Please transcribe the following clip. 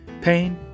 Pain